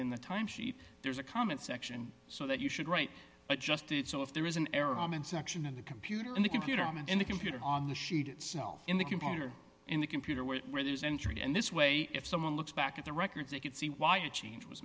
in the time sheet there's a comment section so that you should write adjust it so if there is an error comment section of the computer in the computer in the computer on the sheet itself in the computer in the computer where it where there's an entry and this way if someone looks back at the records you can see why a change was